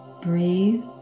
breathe